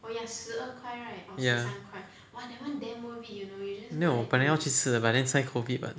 ya 没有我本来要去吃的 but then 现在 COVID [what]